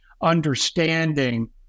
understanding